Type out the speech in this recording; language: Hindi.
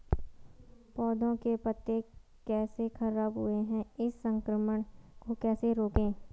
पौधों के पत्ते कैसे खराब हुए हैं इस संक्रमण को कैसे रोकें?